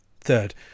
Third